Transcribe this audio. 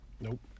Nope